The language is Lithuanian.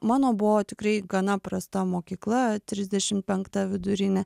mano buvo tikrai gana prasta mokykla trisdešim penkta vidurinė